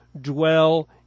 dwell